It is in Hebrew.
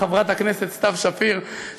חברת הכנסת סתיו שפיר,